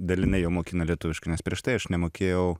dalinai jau mokino lietuviškai nes prieš tai aš nemokėjau